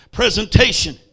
presentation